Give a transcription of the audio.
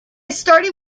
started